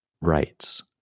rights